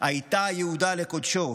"הייתה יהודה לקודשו".